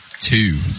two